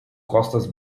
costas